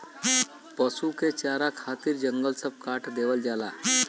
पसु के चारा खातिर जंगल सब काट देवल जात हौ